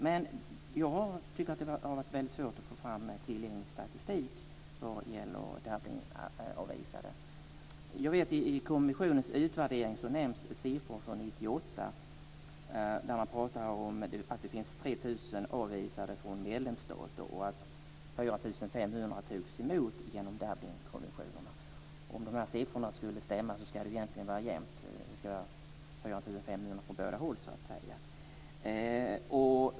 Men jag tycker att det har varit väldigt svårt att få fram tillgänglig statistik när det gäller antalet avvisade enligt Dublinkonventionen. Jag vet att det i kommissionens utvärdering nämns siffror från 1998. Där pratar man om att det finns 3 000 avvisade från medlemsstater och att 4 500 togs emot genom Dublinkonventionen. Om de här siffrorna ska stämma ska det egentligen vara jämt. Det ska vara 4 500 på båda hållen.